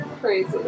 Crazy